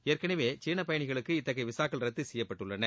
ஏற்கனவே சீன பயணிகளுக்கு இத்தகைய விசாக்கள் ரத்து செய்யப்பட்டுள்ளன